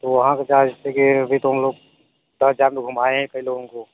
तो वहाँ का क्या है जैसे कि अभी तो हम लोग दस जगह घुमाए हैं कई लोगों को